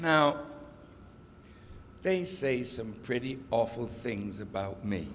now they say some pretty awful things about me